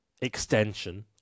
extension